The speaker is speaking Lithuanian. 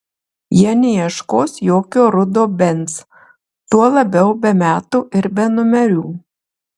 jie neieškos jokio rudo benz tuo labiau be metų ir be numerių